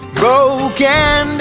broken